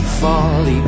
fall